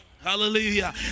Hallelujah